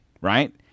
right